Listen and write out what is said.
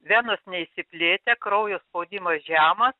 venos neišsiplėtę kraujo spaudimas žemas